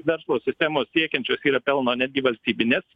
verslo sistemos siekiančio yra pelno netgi valstybinės